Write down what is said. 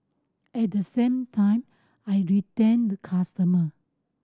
at the same time I retain the customer